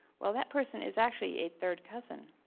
well, that person is actually a third person.